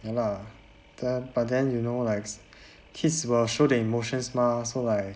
ya lah then but then you know like kids will show their emotions mah so like